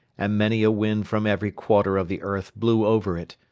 and many a wind from every quarter of the earth blew over it,